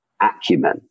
acumen